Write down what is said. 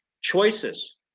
choices